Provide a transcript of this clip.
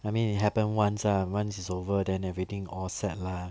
I mean it happen once ah once it's over then everything all set lah